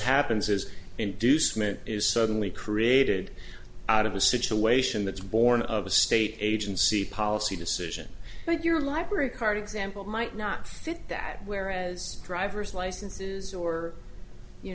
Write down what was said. happens is inducement is suddenly created out of a situation that's born of a state agency policy decision that your library card example might not fit that whereas driver's licenses or you